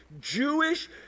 Jewish